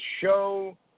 show